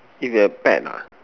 if you have pet ah